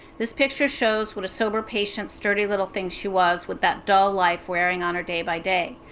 this picture shows what a sober, patient, sturdy, little thing she was with that dull life wearing on her day-by-day.